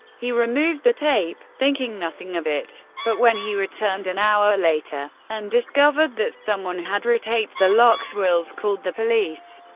he removed the tape, thinking nothing of it. but when he returned an hour later and discovered that someone had retaped the locks, wills called the police.